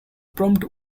prompt